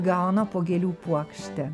gauna po gėlių puokštę